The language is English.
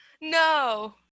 No